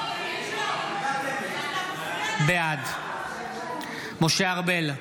בעד משה ארבל,